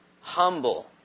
humble